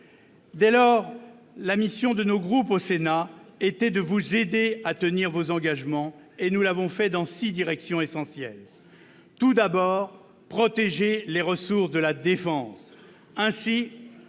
ministre, la mission de nos groupes au Sénat était de vous aider à tenir vos engagements. Nous l'avons fait dans six directions essentielles. Il s'agissait, tout d'abord, de protéger les ressources de la défense. Ainsi,